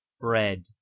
Bread